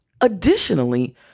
Additionally